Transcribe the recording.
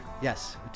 Yes